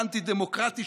האנטי-דמוקרטי,